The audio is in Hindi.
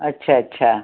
अच्छा अच्छा